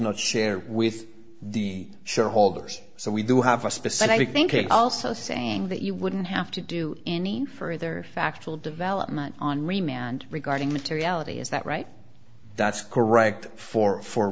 not shared with the shareholders so we do have a specific thinking also saying that you wouldn't have to do any further factual development on remand regarding materiality is that right that's correct for fo